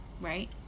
Right